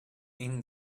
این